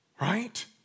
Right